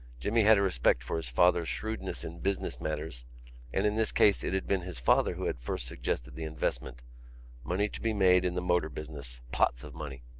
jimmy had a respect for his father's shrewdness in business matters and in this case it had been his father who had first suggested the investment money to be made in the motor business, pots of money.